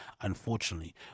unfortunately